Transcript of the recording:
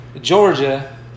Georgia